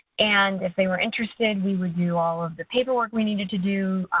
and if they were interested, we review all of the paperwork we needed to do,